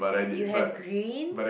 you have green